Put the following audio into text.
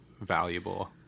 valuable